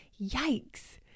yikes